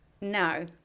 no